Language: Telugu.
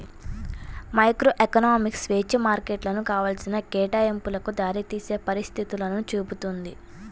మైక్రోఎకనామిక్స్ స్వేచ్ఛా మార్కెట్లు కావాల్సిన కేటాయింపులకు దారితీసే పరిస్థితులను చూపుతుంది